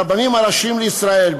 הרבנים הראשיים בישראל,